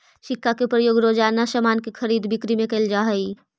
सिक्का के प्रयोग सामान के रोज़ाना खरीद बिक्री में कैल जा हई